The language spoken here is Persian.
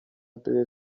بده